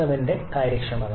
87 ന്റെ കാര്യക്ഷമത